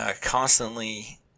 constantly